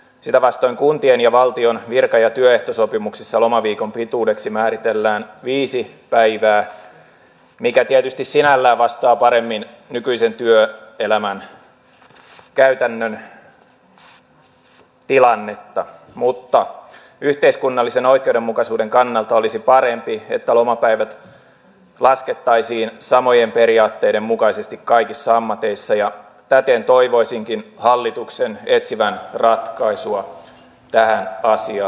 sitä vastoin kuntien ja valtion virka ja työehtosopimuksissa lomaviikon pituudeksi määritellään viisi päivää mikä tietysti sinänsä vastaa paremmin nykyisen työelämän käytännön tilannetta mutta yhteiskunnallisen oikeudenmukaisuuden kannalta olisi parempi että lomapäivät laskettaisiin samojen periaatteiden mukaisesti kaikissa ammateissa ja täten toivoisinkin hallituksen etsivän ratkaisua tähän asiaan